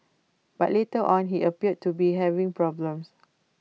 but later on he appeared to be having problems